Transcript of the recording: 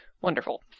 Wonderful